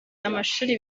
amashuri